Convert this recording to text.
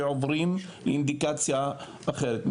ועוברים לאינדיקציה אחרת.